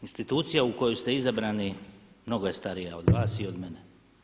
Institucija u koju ste izabrani mnogo je starija od vas i od mene.